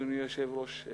אדוני היושב-ראש,